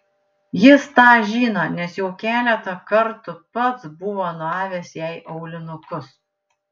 jis tą žino nes jau keletą kartų pats buvo nuavęs jai aulinukus